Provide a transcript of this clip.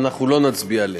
ואנחנו לא נצביע עליהם.